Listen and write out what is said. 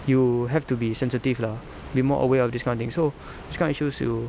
you have to be sensitive lah be more aware of this kind of things so this kind of issues you